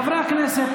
חברי הכנסת,